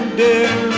dear